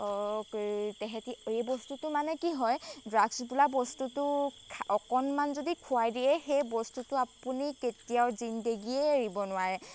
তেহেঁতি এই বস্তুটো মানে কি হয় ড্ৰাগছ বোলা বস্তুটো অকণমান যদি খুৱাই দিয়ে সেই বস্তুটো আপুনি কেতিয়াও জিন্দেগীয়ে এৰিব নোৱাৰে